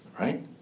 right